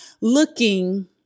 looking